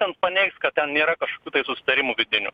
kas ten paneigs kad ten nėra kažkokių tai susitarimų vidinių